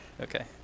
Okay